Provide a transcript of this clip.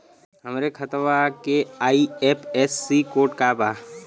हमरे खतवा के आई.एफ.एस.सी कोड का बा?